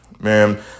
man